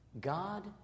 God